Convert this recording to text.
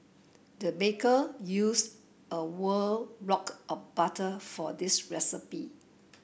the baker used a block of butter for this recipe